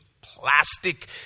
plastic